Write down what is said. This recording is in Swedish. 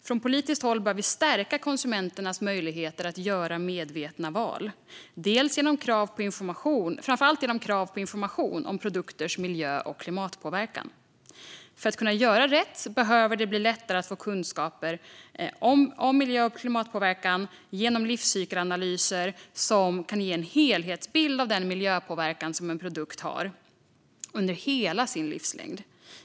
Från politiskt håll bör vi stärka konsumenternas möjligheter att göra medvetna val framför allt genom krav på information om produkters miljö och klimatpåverkan. För att kunna göra rätt behöver det bli lättare att få kunskaper om miljö och klimatpåverkan och livscykelanalyser som kan ge en helhetsbild av den miljöpåverkan som en produkt har under hela sin livslängd.